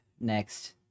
next